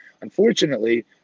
Unfortunately